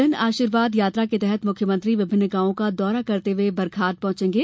जनआशीर्वाद यात्रा के तहत मुख्यमंत्री विभिन्न गांवों का दौरे करते हुए बरघाट पहुंचेंगे